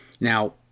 Now